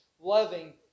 loving